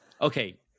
Okay